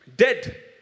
Dead